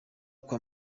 kwa